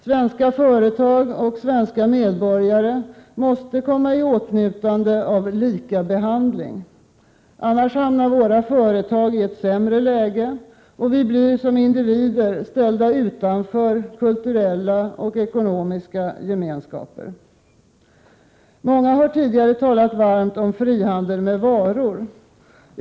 Svenska företag och svenska medborgare måste komma i åtnjutande av likabehandling. Annars hamnar våra företag i ett sämre läge, och vi blir som individer ställda utanför kulturella och ekonomiska gemenskaper. Många har tidigare talat varmt om frihandel med varor.